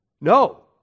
No